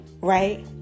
right